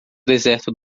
deserto